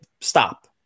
stop